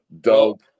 Dope